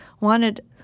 wanted